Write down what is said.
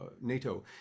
NATO